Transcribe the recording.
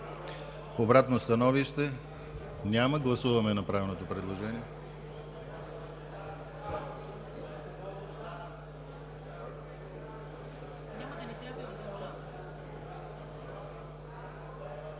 Обратно становище? Няма. Гласуваме направеното предложение.